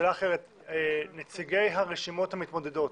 שאלה אחרת: נציגי הרשימות המתמודדות,